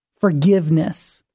forgiveness